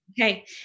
Okay